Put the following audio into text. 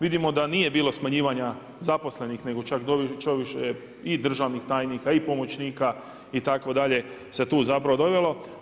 Vidimo da nije bilo smanjivanja zaposlenih, nego čak odviše i državnih tajnika i pomoćnika itd. se tu zapravo dovelo.